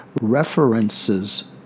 References